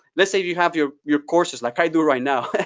let's say you have your your courses, like i do right now,